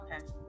Okay